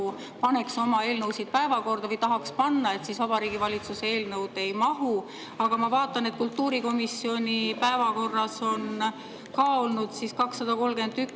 paneks oma eelnõusid päevakorda või tahaks panna, aga Vabariigi Valitsuse eelnõud siis ei mahu. Aga ma vaatan, et kultuurikomisjoni päevakorras on olnud 231